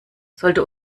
sollte